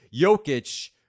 Jokic